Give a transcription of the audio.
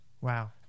Wow